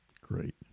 Great